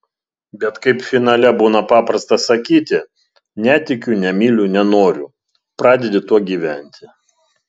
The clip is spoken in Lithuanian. bet kaip finale būna paprasta sakyti netikiu nemyliu nenoriu pradedi tuo gyventi